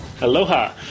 Aloha